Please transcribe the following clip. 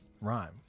rhyme